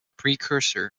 precursor